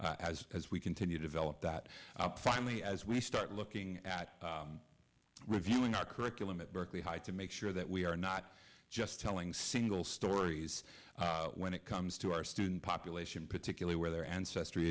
as as we continue to develop that finally as we start looking at reviewing our curriculum at berkeley high to make sure that we are not just telling single stories when it comes to our student population particularly where their ancestry